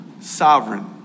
sovereign